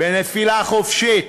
בנפילה חופשית.